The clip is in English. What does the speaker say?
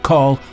Call